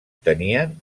tenien